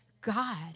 God